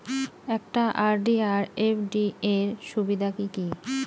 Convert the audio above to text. একটা আর.ডি আর এফ.ডি এর সুবিধা কি কি?